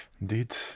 Indeed